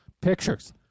pictures